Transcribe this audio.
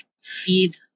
feed